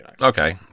okay